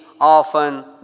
often